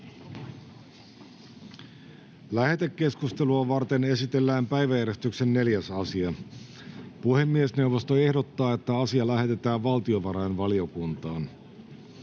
Lähetekeskustelua varten esitellään päiväjärjestyksen 4. asia. Puhemiesneuvosto ehdottaa, että asia lähetetään valtiovarainvaliokuntaan.